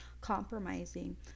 compromising